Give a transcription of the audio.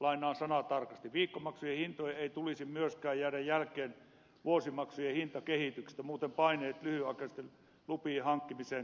viikkomaksujen hintojen ei tulisi myöskään jäädä jälkeen vuosimaksujen hintakehityksestä muuten paineet lyhytaikaisten lupien hankkimiseen kasvavat